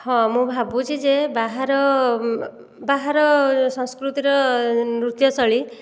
ହଁ ମୁଁ ଭାବୁଚି ଯେ ବାହାର ବାହାର ସଂସ୍କୃତିର ନୃତ୍ୟଶୈଳୀ